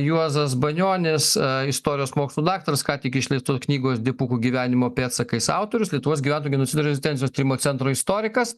juozas banionis istorijos mokslų daktaras ką tik išleistos knygos dipukų gyvenimo pėdsakais autorius lietuvos gyventojų genocido rezistencijos tyrimo centro istorikas